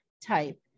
type